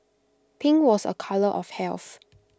pink was A colour of health